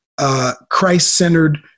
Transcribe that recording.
Christ-centered